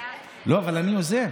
לא, אבל אני יוזם,